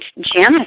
Janice